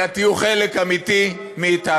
אלא תהיי חלק אמיתי מאתנו.